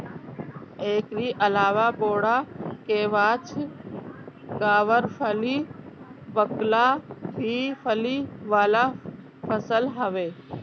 एकरी अलावा बोड़ा, केवाछ, गावरफली, बकला भी फली वाला फसल हवे